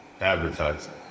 advertising